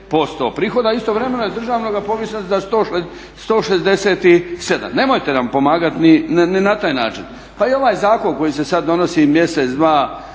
40% prihoda, a istovremeno je iz državnog povišeno za 167. Nemojte nam pomagati ni na taj način. Pa i ovaj zakon koji se sad donosi mjesec, dva